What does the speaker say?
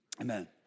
amen